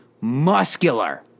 muscular